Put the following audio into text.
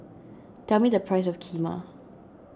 tell me the price of Kheema